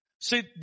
See